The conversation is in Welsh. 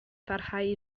pharhau